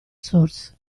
source